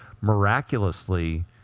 miraculously